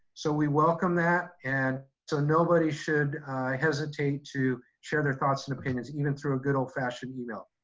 so we welcome that and so nobody should hesitate to share their thoughts and opinions even through a good old fashioned email.